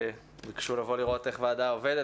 שביקשו לבוא לראות איך ועדה עובדת,